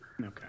Okay